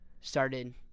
Started